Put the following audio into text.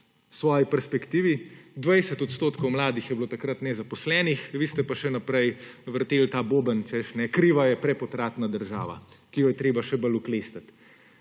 svoji perspektivi. 20 % mladih je bilo takrat nezaposlenih, vi ste pa še naprej vrteli ta boben, češ, kriva je prepotratna država, ki jo je treba še bolj oklestiti.